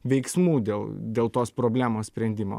veiksmų dėl dėl tos problemos sprendimo